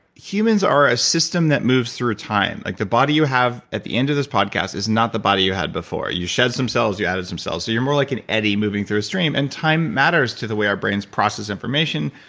humans are a system that moves through time. like the body you have at the end of this podcast is not the body you had before. you shed some cells. you added some cells. you're more like an eddy moving through a stream, and time matters to the way our brains process information,